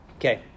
Okay